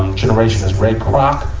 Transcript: generation as ray krok,